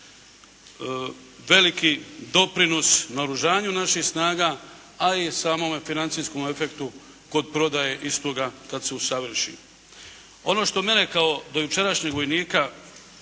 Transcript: veliki doprinos naoružanju naših snaga a i samome financijskom efektu kod prodaje istoga kada se usavrši. Ono što mene kao dojučerašnjeg vojnika